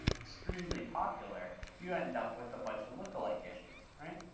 extremely popular, you end up with a bunch of lookalike issues, right?